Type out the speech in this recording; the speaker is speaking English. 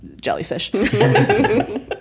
jellyfish